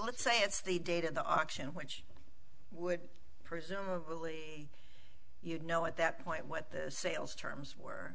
let's say it's the date of the auction which would presumably you know at that point what the sales terms were